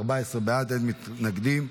14 בעד, אין מתנגדים.